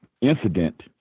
incident